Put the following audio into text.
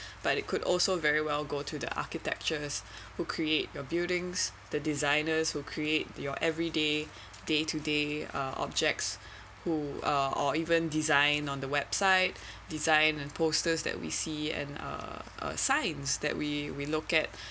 but it could also very well go to the architectures who create your buildings the designers who create your every day day to day uh objects who uh or even design on the website design and posters that we see and err signs that we we look at